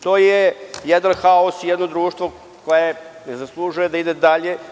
To je jedan haos, jedno društvo koje ne zalužuje da ide dalje.